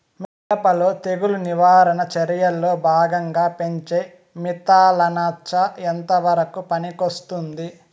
మిరప లో తెగులు నివారణ చర్యల్లో భాగంగా పెంచే మిథలానచ ఎంతవరకు పనికొస్తుంది?